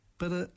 para